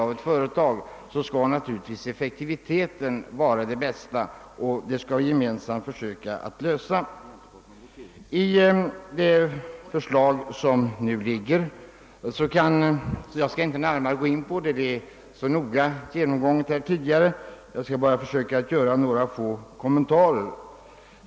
Effektiviteten skall vara den bästa, vem som än äger ett företag, och det skall vi gemensamt försöka åstadkomma. Jag skall inte nu närmare gå in på det förslag som här föreligger, utan vill bara göra några kommentarer.